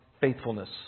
faithfulness